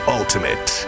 ultimate